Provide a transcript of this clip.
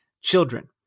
Children